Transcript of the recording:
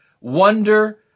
wonder